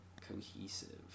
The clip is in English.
cohesive